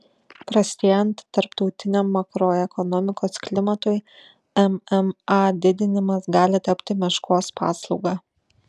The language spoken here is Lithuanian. prastėjant tarptautiniam makroekonomikos klimatui mma didinimas gali tapti meškos paslauga